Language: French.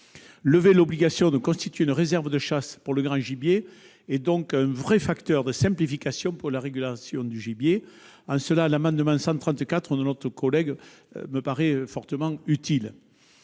Lever l'obligation de constituer une réserve de chasse pour le grand gibier est donc un vrai facteur de simplification pour la régulation du gibier. En cela, ces deux amendements identiques me paraissent fortement utiles.